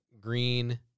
green